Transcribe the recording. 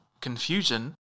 confusion